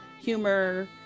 humor